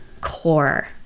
core